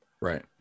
Right